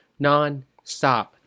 nonstop